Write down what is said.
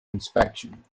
inspection